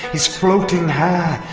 his floating hair!